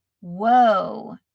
Whoa